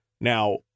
Now